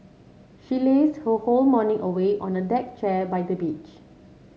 she lazed her whole morning away on a deck chair by the beach